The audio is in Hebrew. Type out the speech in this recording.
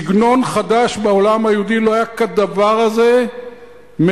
סגנון חדש בעולם היהודי, לא היה כדבר הזה מעולם.